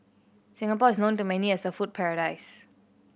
Singapore is known to many as a food paradise